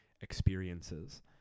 experiences